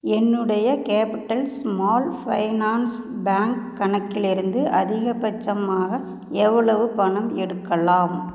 என்னுடைய capital small finance bank கணக்கிலிருந்து அதிகபட்சமாக எவ்வளவு பணம் எடுக்கலாம்